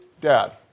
dad